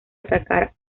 atacar